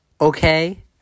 okay